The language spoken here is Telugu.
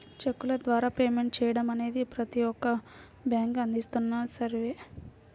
చెక్కుల ద్వారా పేమెంట్ చెయ్యడం అనేది ప్రతి ఒక్క బ్యేంకూ అందిస్తున్న సర్వీసే